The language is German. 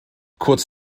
kurz